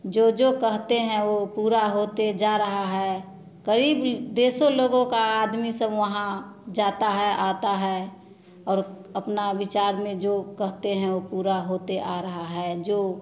जो जो कहते हैं वो पूरा होते जो रहा है कई भी देशों लोगों का आदमी सब वहाँ जाता है आता है और अपना विचार में जो कहते हैं वो पूरा होते आ रहा है जो